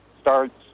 starts